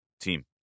team